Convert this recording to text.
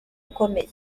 ukomeye